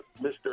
Mr